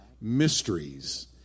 mysteries